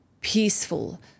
peaceful